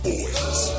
Boys